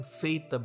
faith